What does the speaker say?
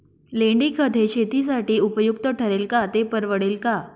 लेंडीखत हे शेतीसाठी उपयुक्त ठरेल का, ते परवडेल का?